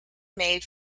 made